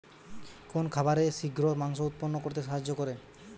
কোন খাবারে শিঘ্র মাংস উৎপন্ন করতে সাহায্য করে?